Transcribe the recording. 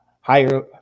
higher